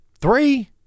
three